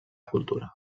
cultura